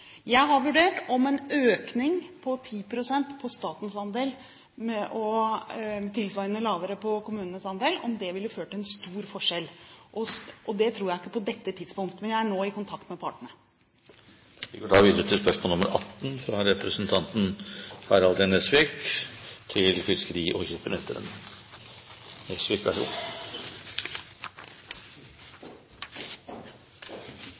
Jeg har vurdert om det ville ført til en stor forskjell om en fikk en økning på 10 pst. på statens andel og tilsvarende lavere på kommunenes andel. Det tror jeg ikke på dette tidspunkt, men jeg er nå i kontakt med partene. Vi går til spørsmål 18. Jeg vil stille følgende spørsmål til fiskeri- og